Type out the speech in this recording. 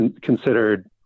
considered